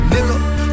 Nigga